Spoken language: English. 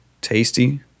tasty